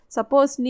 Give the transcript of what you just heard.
Suppose